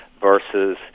versus